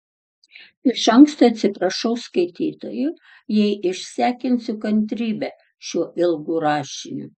iš anksto atsiprašau skaitytojų jei išsekinsiu kantrybę šiuo ilgu rašiniu